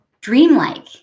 dreamlike